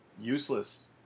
useless